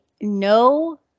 no